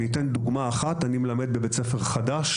אתן דוגמה אחת: אני מלמד בבית ספר חדש,